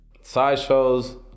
Sideshows